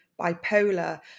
bipolar